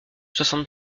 soixante